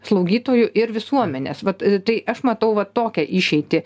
slaugytojų ir visuomenės vat tai aš matau va tokią išeitį